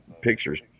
pictures